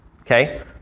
Okay